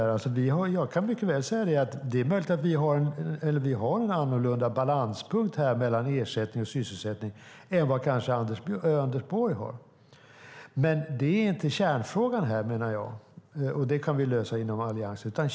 Faktum är att vi har en annorlunda balanspunkt mellan ersättning och sysselsättning än vad Anders Borg har. Det är dock inte kärnfrågan, och det kan vi lösa inom Alliansen.